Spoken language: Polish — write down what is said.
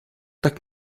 tak